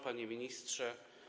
Panie Ministrze!